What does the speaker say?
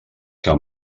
que